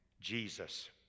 Jesus